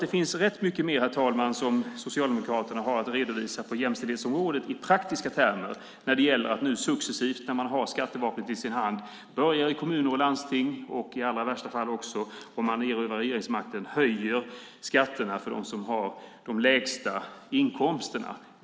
Det finns rätt mycket mer, herr talman, som Socialdemokraterna har att redovisa på jämställdhetsområdet i praktiska termer när man har skattevapnet i sin hand i kommuner och landsting - och i värsta fall tar över regeringsmakten - och successivt börjar höja skatterna för dem som har de lägsta inkomsterna.